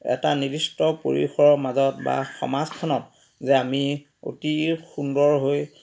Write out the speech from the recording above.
এটা নিৰ্দিষ্ট পৰিসৰৰ মাজত বা সমাজখনত যে আমি অতি সুন্দৰ হৈ